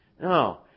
No